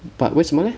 but 为什么 leh